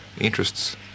interests